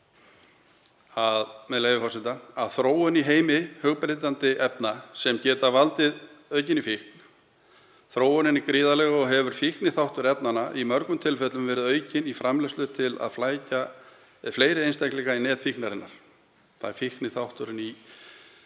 með leyfi forseta: „Þróun er í heimi hugbreytandi efna sem geta valdið aukinni fíkn. Þróunin er gríðarleg og hefur fíkniþáttur efnanna í mörgum tilfellum verið aukinn í framleiðslu til að flækja fleiri einstaklinga í net fíknarinnar“ — það er fíkniþátturinn í t.d.